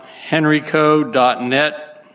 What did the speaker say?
henryco.net